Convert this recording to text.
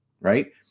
Right